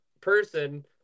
person